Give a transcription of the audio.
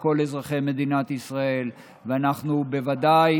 לכל אזרחי מדינת ישראל, ואנחנו, בוודאי